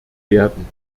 werden